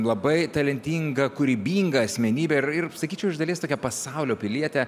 labai talentinga kūrybinga asmenybė ir ir sakyčiau iš dalies tokia pasaulio pilietė